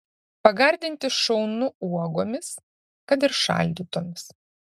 pagardinti šaunu uogomis kad ir šaldytomis